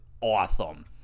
awesome